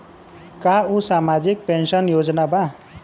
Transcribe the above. का उ सामाजिक पेंशन योजना बा?